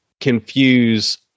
confuse